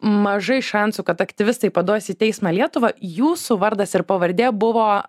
mažai šansų kad aktyvistai paduos į teismą lietuvą jūsų vardas ir pavardė buvo